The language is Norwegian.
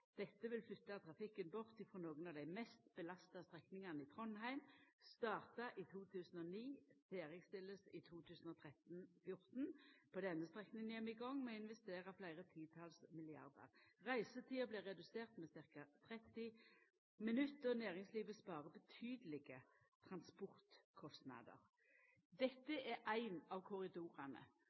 Dette vil flytta trafikken bort frå nokre av dei mest belasta strekningane i Trondheim. Starta i 2009, blir ferdigstilt i 2013/14. På denne strekninga er vi i gang med å investera fleire titals milliardar. Reisetida blir redusert med ca. 30 minutt, og næringslivet sparer betydelege transportkostnader. Dette er ein av korridorane,